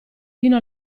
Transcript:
fino